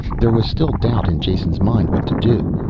there was still doubt in jason's mind what to do.